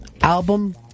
album